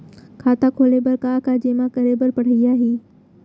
खाता खोले बर का का जेमा करे बर पढ़इया ही?